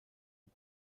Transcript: und